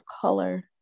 color